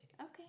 Okay